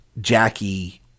Jackie